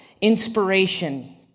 inspiration